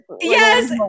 yes